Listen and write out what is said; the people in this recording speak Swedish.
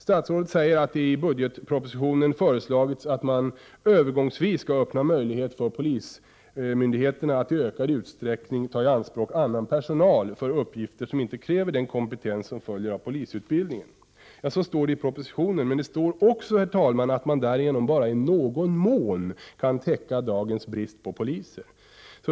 Statsrådet säger att det i budgetpropositionen föreslagits att man övergångsvis skall öppna möjlighet för polismyndigheterna att i ökad utsträckning tai anspråk annan personal för uppgifter som inte kräver den kompetens som följer med polisutbildningen. Ja, så står det i propositionen. Men det står också, herr talman, att man därigenom bara ”i någon mån” kan täcka dagens brist på poliser.